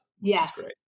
Yes